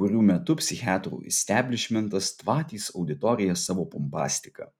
kurių metu psichiatrų isteblišmentas tvatys auditoriją savo pompastika